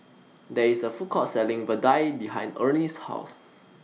There IS A Food Court Selling Vadai behind Ernie's House